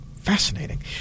Fascinating